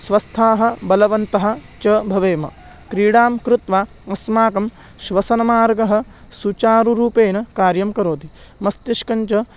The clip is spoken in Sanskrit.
स्वस्थाः बलवन्तः च भवेम क्रीडां कृत्वा अस्माकं श्वसनमार्गः सुचारुरूपेण कार्यं करोति मस्तिष्कञ्च